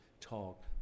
talk